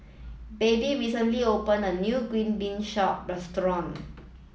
Baby recently opened a new Green Bean Soup Restaurant